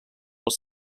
els